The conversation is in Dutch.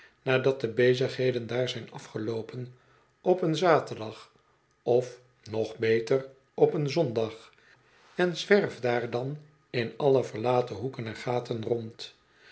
nadat de bezigheden daar zijn afgeloopen op een zaterdag of nog beter op een zondag en zwerf daar dan in alle verlaten hoeken en gaten rond